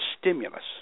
stimulus